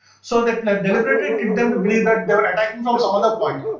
so they deliberately tricked them to believe that they were attacking from some other point.